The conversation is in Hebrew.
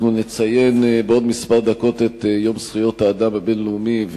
בעוד כמה דקות אנחנו נציין את יום זכויות האדם הבין-לאומי,